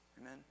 Amen